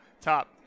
top –